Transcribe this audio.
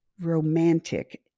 romantic